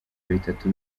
bitatu